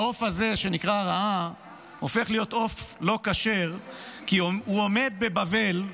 העוף הזה שנקרא ראה הופך להיות עוף לא כשר כי הוא עומד בבבל.